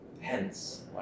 Hence